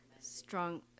Strong